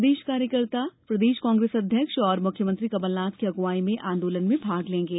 प्रदेश कार्यकर्ता प्रदेश कांग्रेस अध्यक्ष तथा मुख्यमंत्री कमलनाथ की अगुवाई में आंदोलन में भाग लेंगे